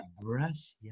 Brush